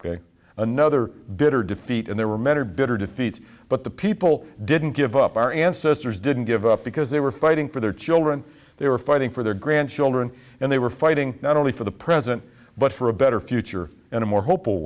ok another bitter defeat and there were many are bitter defeat but the people didn't give up our ancestors didn't give up because they were fighting for their children they were fighting for their grandchildren and they were fighting not only for the present but for a better future and a more hopeful